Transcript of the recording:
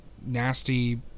nasty